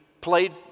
played